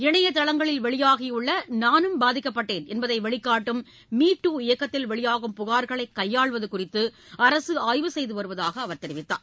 இணையதளங்களில் வெளியாகியுள்ள நானும் பாதிக்கப்பட்டேன் என்பதை வெளிக்காட்டும் மீ டூ இயக்கத்தில் வெளியாகும் புகா்களை கைபாளுவது குறித்து அரசு ஆய்வு செய்து வருவதாக அவா தெரிவித்தார்